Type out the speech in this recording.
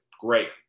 great